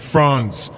France